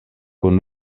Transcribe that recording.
kun